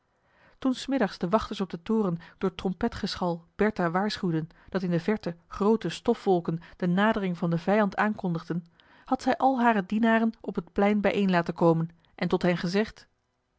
toen s middags de wachters op den toren door trompetgeschal bertha waarschuwden dat in de verre groote stofwolken de nadering van den vijand aankondigden had zij al hare dienaren op het plein bijeen laten komen en tot hen gezegd